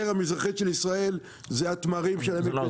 המזרחית של ישראל זה התמרים --- לא,